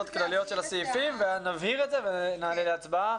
נבהיר ונעלה להצבעה.